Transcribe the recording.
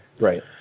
Right